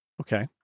Okay